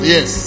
Yes